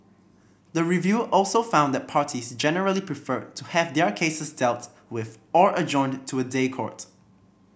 the review also found that parties generally preferred to have their cases dealt with or adjourned to a day court